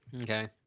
Okay